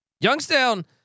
Youngstown